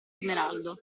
smeraldo